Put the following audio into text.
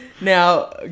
Now